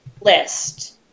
List